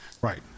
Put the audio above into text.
right